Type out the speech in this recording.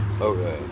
Okay